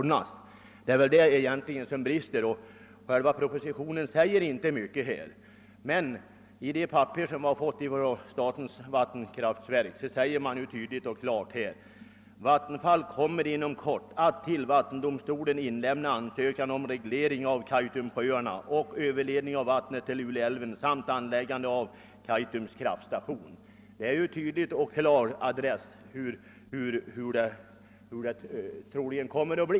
Det är på den punkten det brister, och propositionen innehåller inte mycket i det avseendet. Men i den skrivelse vi fått från statens vattenfallsverk sägs det klart och tydligt: »Vattenfall kommer inom kort att till vattendomstolen inlämna ansökan om reglering av Kaitumsjöarna och överledning av vattnet till Luleälven samt anläggande av Kaitums kraftstation.» Det är ju ett klart besked om hur det tydligen kommer att bli.